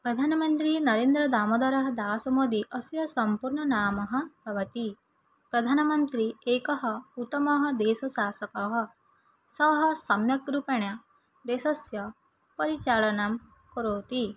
प्रधानमन्त्रीनरेन्द्रदामोदरः दासमोदि अस्य सम्पूर्णनाम भवति प्रधानमन्त्री एकः उतमः देशशासकः सः सम्यक् रूपेण देशस्य परिचालनं करोति